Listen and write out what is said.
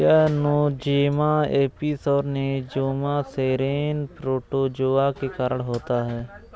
यह Nosema apis और Nosema ceranae protozoa के कारण होता है